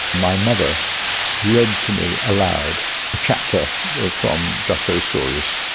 my mother read to me aloud a chapter from just so stories,